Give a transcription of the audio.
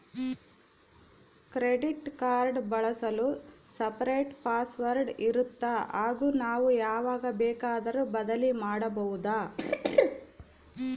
Credit card ಬಳಸಲು separate password ಇರುತ್ತಾ ಹಾಗೂ ನಾವು ಯಾವಾಗ ಬೇಕಾದರೂ ಬದಲಿ ಮಾಡಬಹುದಾ?